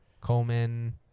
Coleman